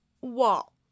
wall